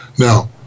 Now